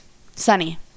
Sunny